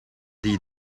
die